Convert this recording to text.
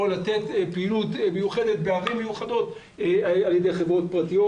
או לתת פעילות מיוחדת בערים מיוחדות על ידי חברות פרטיות,